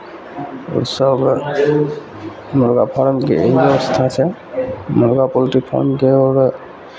आओर सभ मुरगा फारमके इएह व्यवस्था छै मुरगा पोल्ट्री फार्मके ओकरा